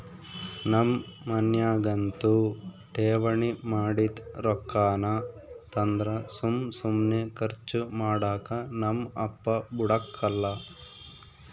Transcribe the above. ನಮ್ ಮನ್ಯಾಗಂತೂ ಠೇವಣಿ ಮಾಡಿದ್ ರೊಕ್ಕಾನ ತಂದ್ರ ಸುಮ್ ಸುಮ್ನೆ ಕರ್ಚು ಮಾಡಾಕ ನಮ್ ಅಪ್ಪ ಬುಡಕಲ್ಲ